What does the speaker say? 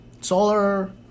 Solar